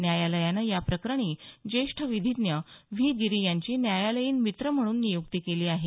न्यायालयानं या प्रकरणी ज्येष्ठ विधीज्ञ व्ही गिरी यांची न्यायालयीन मित्र म्हणून नियुक्ती केली आहे